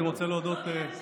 אני מסכים.